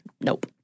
nope